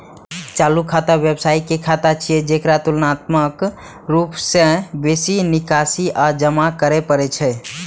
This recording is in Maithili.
चालू खाता व्यवसायी के खाता छियै, जेकरा तुलनात्मक रूप सं बेसी निकासी आ जमा करै पड़ै छै